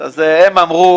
והם אמרו